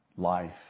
life